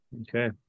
okay